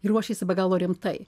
ji ruošėsi be galo rimtai